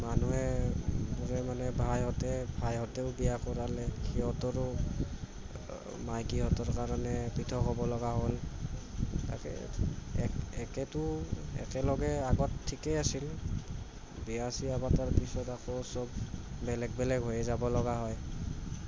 মানুহে মানে ভাইহঁতে ভাইহঁতেও বিয়া কৰালে সিহঁতৰো মাইকীহঁতৰ কাৰণে পৃথক হ'ব লগা হ'ল তাকে এক একেটো একেলগে আগত ঠিকে আছিল বিয়া চিয়া পতাৰ পিছত আকৌ সব বেলেগ বেলেগ হৈয়ে যাব লগা হয়